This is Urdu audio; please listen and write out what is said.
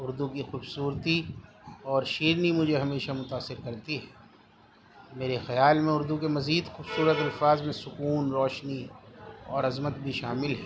اردو کی خوبصورتی اور شیرینی مجھے ہمیشہ متأثر کرتی ہے میرے خیال میں اردو کے مزید خوبصورت الفاظ میں سکون روشنی اور عظمت بھی شامل ہے